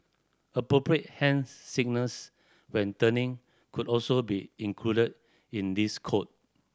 appropriate hand signals when turning could also be included in this code